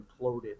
imploded